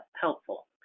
helpful